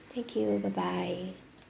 thank you bye bye